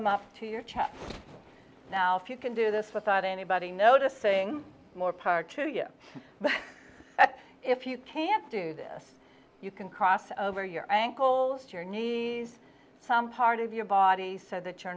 up to your chest now if you can do this without anybody noticing more power to you but if you can't do this you can cross over your ankles to your knees some part of your body so that you're